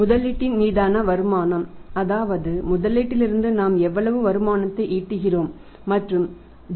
முதலீட்டின் மீதான வருமானம் அதாவது முதலீட்டிலிருந்து நாம் எவ்வளவு வருமானத்தை ஈட்டுகிறோம் மற்றும் G